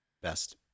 best